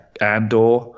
Andor